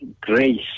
grace